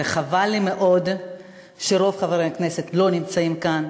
וחבל לי מאוד שרוב חברי הכנסת לא נמצאים כאן,